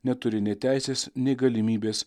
neturi nei teisės nei galimybės